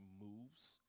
moves